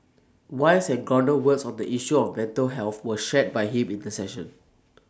wise and grounded words on the issue of mental health were shared by him in the session